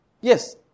Yes